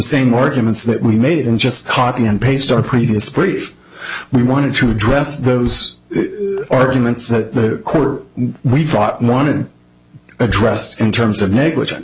same arguments that we made and just copy and paste our previous brief we wanted to address those arguments the court we thought wanted addressed in terms of negligen